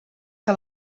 que